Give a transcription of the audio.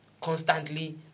constantly